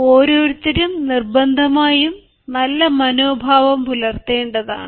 ഓരോരുത്തരും നിർബന്ധമായും നല്ല മനോഭാവം പുലർത്തേണ്ടതാണ്